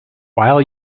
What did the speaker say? while